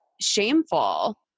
shameful